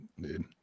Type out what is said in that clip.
dude